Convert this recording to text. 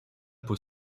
peau